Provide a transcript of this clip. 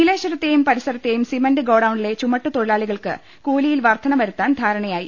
നീലേശ്വരത്തെയും പരിസരത്തെയും സിമന്റ് ഗോഡൌണിലെ ചുമട്ട് തൊഴിലാളികൾക്ക് കൂലിയിൽ വർദ്ധന വരുത്താൻ ധാരണയായി